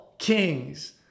Kings